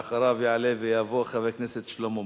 ואחריו יעלה ויבוא חבר הכנסת שלמה מולה.